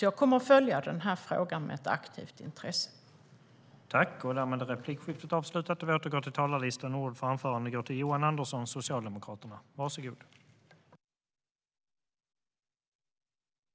Jag kommer att följa denna fråga med ett aktivt intresse.